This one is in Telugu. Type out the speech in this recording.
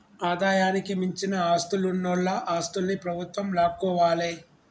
ఆదాయానికి మించిన ఆస్తులున్నోల ఆస్తుల్ని ప్రభుత్వం లాక్కోవాలే